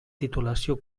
titulació